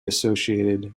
associated